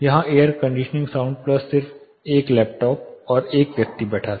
यह air conditioning sound plus सिर्फ एक लैपटॉप और वहां बैठा व्यक्ति था